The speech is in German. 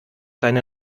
deine